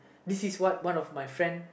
this is what one of my friend